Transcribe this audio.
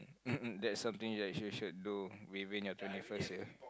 that's something you actually should do within your twenty first year